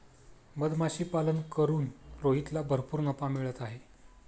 मधमाशीपालन करून रोहितला भरपूर नफा मिळत आहे